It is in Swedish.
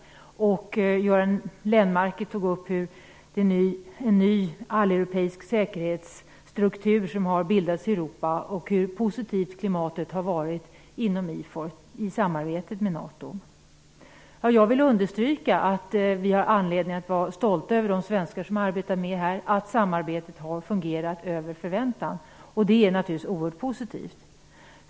Göran Lennmarker tog upp hur en ny alleuropeisk säkerhetsstruktur har bildats i Europa och hur positivt klimatet har varit inom IFOR i samarbetet med NATO. Jag vill understryka att vi har anledning att vara stolta över de svenskar som har arbetat med det här och att samarbetet har fungerat över förväntan. Det är naturligtvis oerhört positivt.